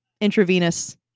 intravenous